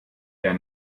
der